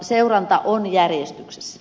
seuranta on järjestyksessä